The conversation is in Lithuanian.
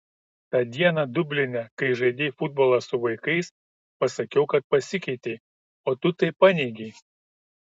tą dieną dubline kai žaidei futbolą su vaikais pasakiau kad pasikeitei o tu tai paneigei